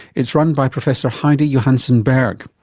it's run by professor heidi johansen berg.